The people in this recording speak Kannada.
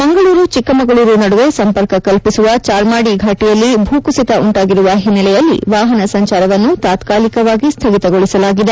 ಮಂಗಳೂರು ಚಿಕ್ಕಮಗಳೂರು ನಡುವೆ ಸಂಪರ್ಕ ಕಲ್ಲಿಸುವ ಚಾರ್ಮಾಡಿ ಫಾಟಿಯಲ್ಲಿ ಭೂ ಕುಸಿತ ಉಂಟಾಗಿರುವ ಹಿನ್ನೆಲೆಯಲ್ಲಿ ವಾಪನ ಸಂಚಾರವನ್ನು ತಾತ್ಕಾಲಿಕವಾಗಿ ಸ್ಲಗಿತಗೊಳಿಸಲಾಗಿದೆ